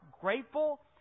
grateful